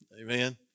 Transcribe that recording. Amen